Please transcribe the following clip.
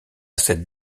cette